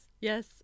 yes